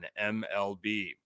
MLB